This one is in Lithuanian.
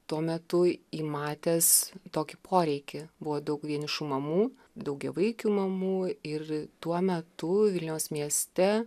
tuo metu įmatęs tokį poreikį buvo daug vienišų mamų daugiavaikių mamų ir tuo metu vilniaus mieste